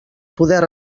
poder